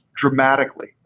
dramatically